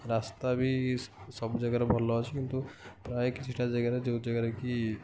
ରାସ୍ତା ବି ସବୁ ଜାଗାରେ ଭଲ ଅଛି କିନ୍ତୁ ପ୍ରାୟ କିଛିଟା ଜାଗାରେ ଯେଉଁ ଜାଗାରେ କି